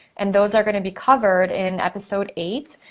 and those are gonna be covered in episode eight,